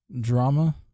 drama